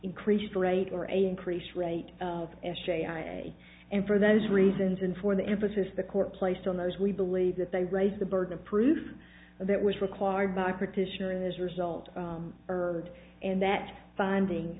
increased rate or a increased rate and shae i a e a and for those reasons and for the emphasis the court placed on those we believe that they raise the burden of proof that was required by partition as a result erd and that finding